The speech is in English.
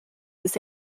his